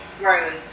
Right